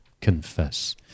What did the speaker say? Confess